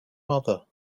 mother